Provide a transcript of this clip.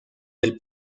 del